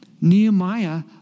Nehemiah